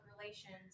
relations